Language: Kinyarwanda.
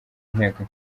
nteko